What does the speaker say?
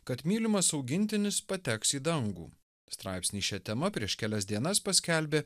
kad mylimas augintinis pateks į dangų straipsnį šia tema prieš kelias dienas paskelbė